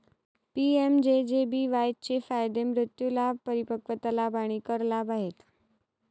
PMJJBY चे फायदे मृत्यू लाभ, परिपक्वता लाभ आणि कर लाभ आहेत